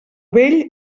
vell